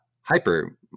hyper